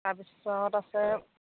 তাৰ পিছত আছে